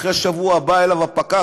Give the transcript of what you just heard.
אחרי שבוע בא אליו הפקח,